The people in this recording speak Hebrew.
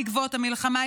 בעקבות המלחמה,